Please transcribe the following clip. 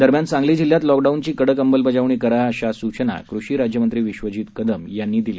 दरम्यान सांगली जिल्ह्यात लॉकडाऊनची कडक अंमलबजावणी करा अशा सूचना कृषी राज्यमंत्री विश्वजीत कदम यांनी केल्या